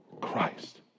Christ